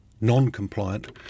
non-compliant